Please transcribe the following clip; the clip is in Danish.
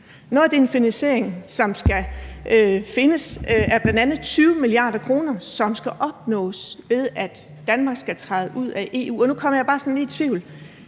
Noget af den finansiering, som skal findes, er bl.a. 20 mia. kr., som skal opnås, ved at Danmark skal træde ud af EU. Nu kommer jeg bare i tvivl,